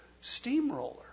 steamroller